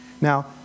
Now